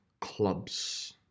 clubs